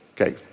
Okay